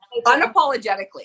unapologetically